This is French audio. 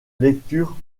lecture